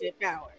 power